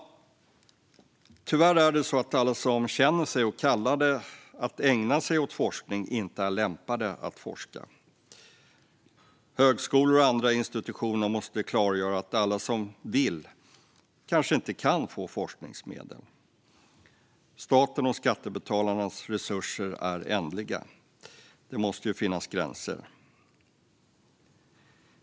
Alla som känner sig kallade att ägna sig åt forskning är tyvärr inte lämpade att forska. Högskolor och andra institutioner måste klargöra att alla som vill kanske inte kan få forskningsmedel. Statens och skattebetalarnas resurser är ändliga. Det måste finnas gränser.